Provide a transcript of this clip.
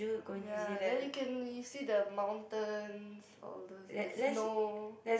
ya then you can you see the mountains or the the snow